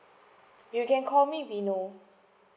you can call me vino